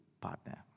partner